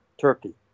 turkey